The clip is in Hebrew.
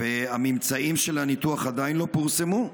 והממצאים של הניתוח עדיין לא פורסמו?